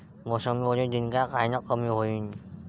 मोसंबीवरील डिक्या कायनं कमी होईल?